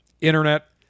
internet